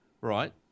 right